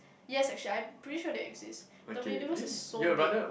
yes actually I'm pretty sure they exist the universe is so big